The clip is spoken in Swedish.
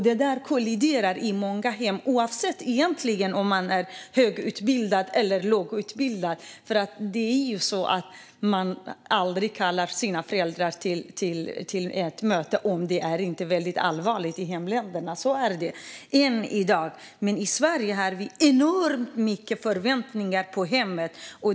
Det där kolliderar i många hem, egentligen oavsett om man är högutbildad eller lågutbildad. I hemländerna kallar skolan aldrig föräldrarna till ett möte om det inte är väldigt allvarligt. Så är det än i dag. Men i Sverige har vi enormt höga förväntningar på hemmet.